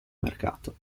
mercato